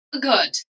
Good